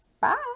Bye